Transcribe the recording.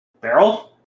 Barrel